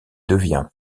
devient